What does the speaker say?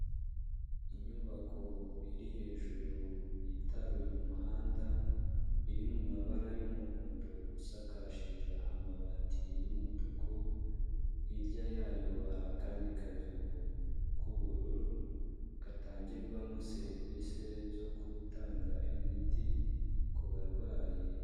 Inyubako iri hejuru yitaruye umuhanda iri mu mabara y'umuhondo isakashi amabati y’umutuku, hirya yayo hari akandi kazu k'ubururu gatangirwamo serivisi zo gutanga imiti ku barwayi.